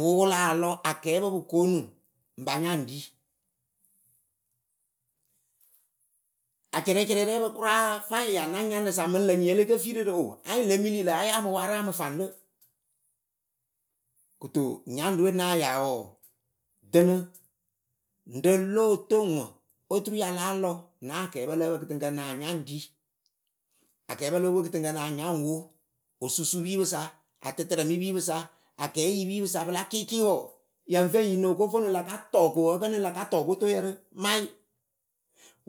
wɨ wɨ lah lɔ akɛɛpǝ pɨ koonu ŋwɨ ŋ panya ŋ ri. Acɛrɛcɛrɛ rɛpǝ kʊra faŋ ya na nyaŋɖɨ sa lǝ nyɩŋyǝ e le ke fi rɨ rɨ anyɩŋ le mili lǝ a ya mɨ warɨ amɨ faŋɖɨ Kɨto nyaŋɖɨ we náa ya wɔɔ dɨnɨ. ɖi lóo toŋ ŋwɨ oturu ya láa lɔ na akɛɛpǝ lǝ ǝpǝ na nya ŋ ɖi. Akɛɛpǝ lo opwe kɨtɨŋkǝ na nya ŋ wo osusupiipɨsa, atɨtɛrɛmɩpipɨsa, akɛɛyipiipɨsa pɨla kɩɩkɩ wɔɔ yǝ ŋ fe yi no ko fonuŋ la ka tɔ ko wɔɔ ǝkǝnɨŋ la ka tɔ potoyǝ rɨ wayɩ